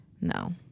No